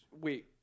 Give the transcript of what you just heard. Wait